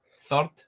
third